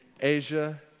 Asia